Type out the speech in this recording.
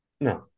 No